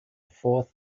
fourth